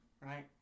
right